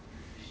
eh I pay for